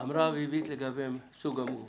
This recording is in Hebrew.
אמרה אביבית לגבי סוג המוגבלות.